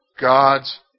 God's